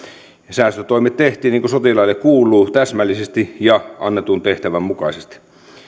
säästötoimet tehtiin niin kuin sotilaille kuuluu täsmällisesti ja annetun tehtävän mukaisesti